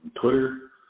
Twitter